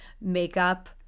makeup